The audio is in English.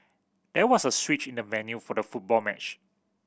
there was a switch in the venue for the football match